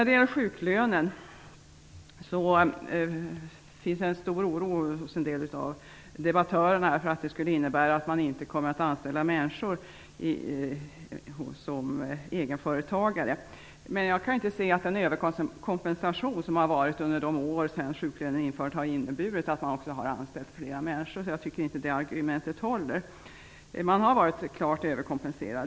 Det finns en stor oro hos en del av debattörerna att sjuklön innebär att egenföretagare inte kommer att anställa människor. Men jag kan inte se att den överkompensation som varit under de år som gått sedan sjuklönen infördes också har inneburit att man har anställt fler människor. Jag tycker därför att det argumentet inte håller. Det har funnits en klar överkompensation.